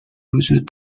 وجود